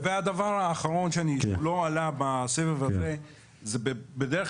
והדבר האחרון שלא עלה בסבב הזה הוא שבדרך